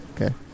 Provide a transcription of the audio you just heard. okay